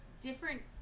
different